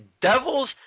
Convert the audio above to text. Devils